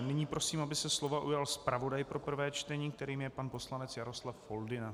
Nyní prosím, aby se slova ujal zpravodaj pro prvé čtení, kterým je pan poslanec Jaroslav Foldyna.